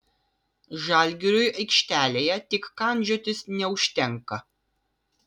žalgiriui aikštelėje tik kandžiotis neužtenka